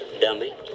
dummy